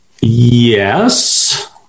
Yes